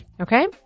Okay